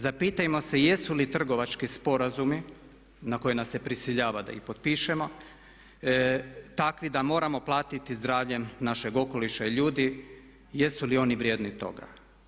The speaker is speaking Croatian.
Zapitajmo se jesu li trgovački sporazumi na koje nas se prisiljava da ih potpišemo takvi da moramo platiti zdravljem našeg okoliša i ljudi, jesu li oni vrijedni toga.